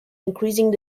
increasing